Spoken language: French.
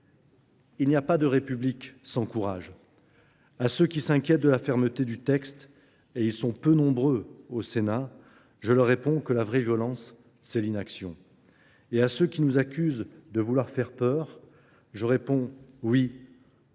Il n'y a pas de République sans courage. À ceux qui s'inquiètent de la fermeté du texte, et ils sont peu nombreux au Sénat, je leur réponds que la vraie violence, c'est l'inaction. Et à ceux qui nous accusent de vouloir faire peur, je réponds oui.